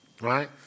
Right